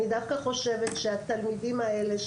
אני דווקא חושבת שהתלמידים האלה,